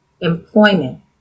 employment